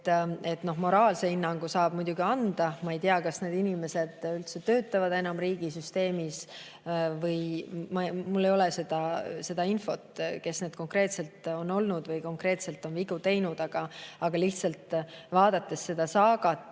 ei saa. Moraalse hinnangu saab muidugi anda. Ma ei tea, kas need inimesed üldse töötavad enam riigisüsteemis, mul ei ole seda infot, kes need konkreetselt on olnud või kes konkreetselt on vigu teinud. Lihtsalt vaadates seda saagat,